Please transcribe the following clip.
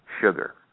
sugar